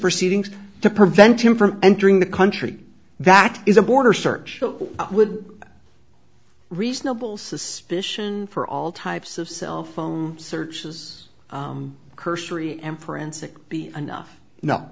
proceedings to prevent him from entering the country that is a border search would reasonable suspicion for all types of cell phone searches cursory and forensic be enough